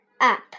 up